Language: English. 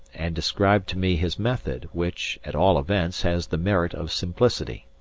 and described to me his method, which, at all events, has the merit of simplicity.